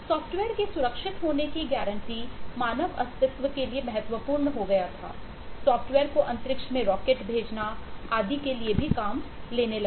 software के सुरक्षित होने की गारंटी मानव अस्तित्व के लिए महत्वपूर्ण हो गया था सॉफ्टवेयर को अंतरिक्ष में रॉकेट भेजना आदि के लिए भी काम लेने लगे